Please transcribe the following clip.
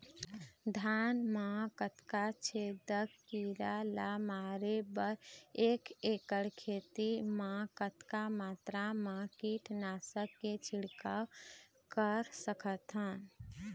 धान मा कतना छेदक कीरा ला मारे बर एक एकड़ खेत मा कतक मात्रा मा कीट नासक के छिड़काव कर सकथन?